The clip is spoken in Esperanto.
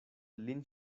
lin